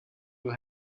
who